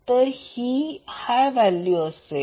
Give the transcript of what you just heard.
तर ही high value असेल